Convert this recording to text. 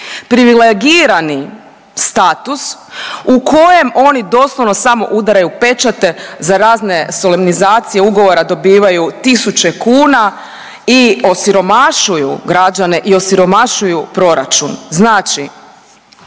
privilegirani status u kojem oni doslovno samo udaraju pečate za razne solemnizacije ugovora dobivaju tisuće kuna i osiromašuju građane i osiromašuju proračun.